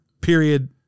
period